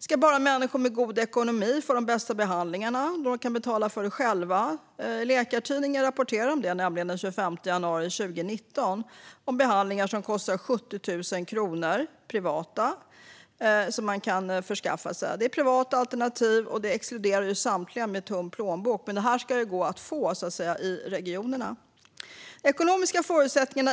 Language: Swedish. Ska bara människor med god ekonomi få de bästa behandlingarna, eftersom de kan betala för dem själva? Läkartidningen rapporterade nämligen den 25 januari 2019 om privata behandlingar som kostar 70 000 kronor. Det är privata alternativ, vilket exkluderar samtliga med tunn plånbok. Men det ska gå att få de behandlingarna i regionerna. Fru talman! De ekonomiska förutsättningarna